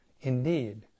Indeed